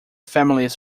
families